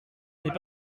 n’est